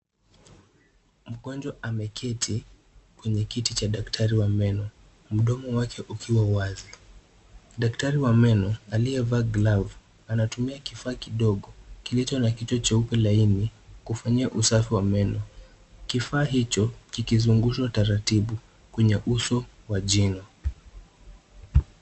Mgonjwa ameketi kwenye kiti cha daktari wa meno. Mdomo wake ukiwa wazi. Daktari wa meno aliyevaa glavu anatumia kifaa kidogo kilicho na kichwa cheupe laini kufanyia usafi wa meno. Kifaa hicho kikizungushwa taratibu kwenye uso wa jino.